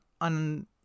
on